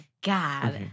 god